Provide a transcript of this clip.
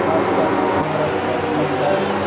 خاص کر امرتسر بمبے